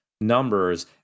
numbers